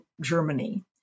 Germany